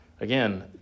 again